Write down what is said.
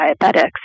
diabetics